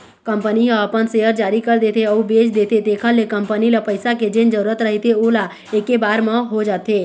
company ह अपन share जारी कर देथे अउ बेच देथे तेखर ले कंपनी ल पइसा के जेन जरुरत रहिथे ओहा ऐके बार म हो जाथे